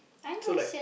so like